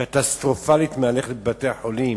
בעיה קטסטרופלית מהלכת בבתי-החולים.